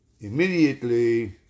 Immediately